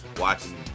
watching